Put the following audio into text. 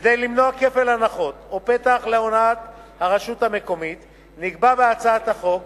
כדי למנוע כפל הנחות או פתח להונאת הרשות המקומית נקבע בהצעת החוק